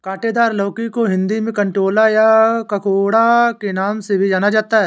काँटेदार लौकी को हिंदी में कंटोला या ककोड़ा के नाम से भी जाना जाता है